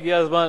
שהגיע הזמן